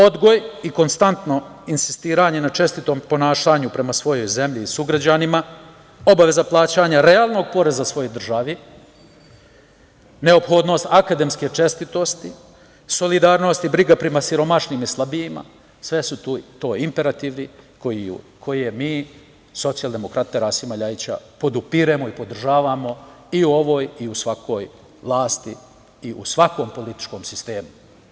Odgoj i konstantno insistiranje na čestitom ponašanju prema svojoj zemlji i sugrađanima, obaveza plaćanja realnog poreza svojoj državi, neophodnost akademske čestitosti, solidarnost i briga prema siromašnim i slabijima, sve su to imperativi koje mi socijaldemokrate Rasima LJajića podupiremo i podržavamo i u ovoj i u svakoj vlasti i u svakom političkom sistemu.